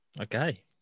Okay